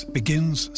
begins